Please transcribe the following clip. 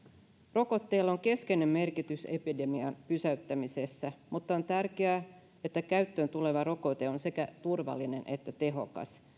rokotteella on keskeinen merkitys epidemian pysäyttämisessä mutta on tärkeää että käyttöön tuleva rokote on sekä turvallinen että tehokas